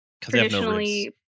traditionally